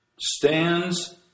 stands